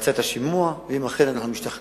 נבצע את השימוע, ואם אכן אנחנו משתכנעים